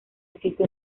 existe